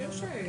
אנחנו רוצים.